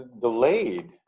delayed